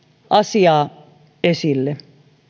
asiaa esille